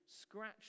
scratch